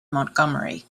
montgomery